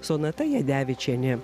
sonata jadevičienė